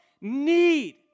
need